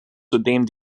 zudem